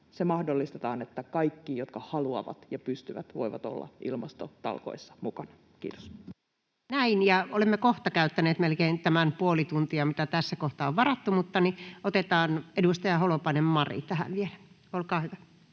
se mahdollistetaan, että kaikki, jotka haluavat ja pystyvät, voivat olla ilmastotalkoissa mukana. — Kiitos. Näin, ja olemme kohta käyttäneet melkein tämän puoli tuntia, mitä tässä kohtaa on varattu. — Otetaan edustaja Mari Holopainen tähän vielä. Olkaa hyvä.